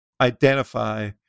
identify